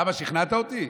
למה שכנעת אותי?